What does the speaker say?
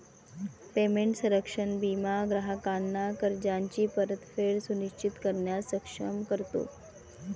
payment संरक्षण विमा ग्राहकांना कर्जाची परतफेड सुनिश्चित करण्यास सक्षम करतो